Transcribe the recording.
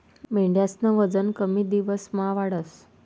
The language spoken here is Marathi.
मेंढ्यास्नं वजन कमी दिवसमा वाढस